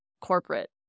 corporate